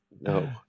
No